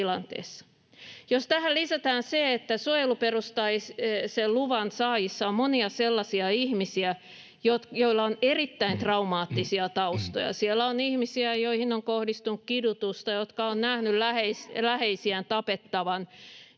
Jos tähän lisätään se, että suojeluperustaisen luvan saajissa on monia sellaisia ihmisiä, joilla on erittäin traumaattisia taustoja — siellä on ihmisiä, joihin on kohdistunut kidutusta, jotka ovat nähneet läheisiään tapettavan,